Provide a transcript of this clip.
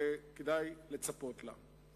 וכדאי לצפות לה.